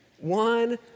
One